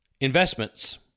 Investments